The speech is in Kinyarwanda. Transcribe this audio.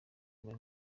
muri